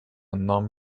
non